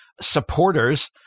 supporters